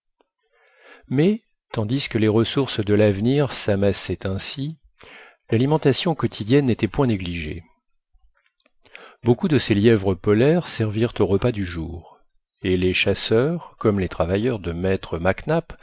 mais tandis que les ressources de l'avenir s'amassaient ainsi l'alimentation quotidienne n'était point négligée beaucoup de ces lièvres polaires servirent au repas du jour et les chasseurs comme les travailleurs de maître